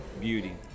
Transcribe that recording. beauty